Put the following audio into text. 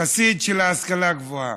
חסיד של ההשכלה הגבוהה.